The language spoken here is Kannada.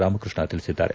ರಾಮಕೃಷ್ಣ ತಿಳಿಸಿದ್ದಾರೆ